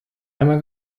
einmal